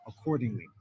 accordingly